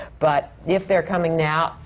but if they're coming now,